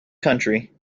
country